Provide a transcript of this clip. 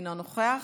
אינו נוכח.